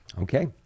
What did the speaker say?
Okay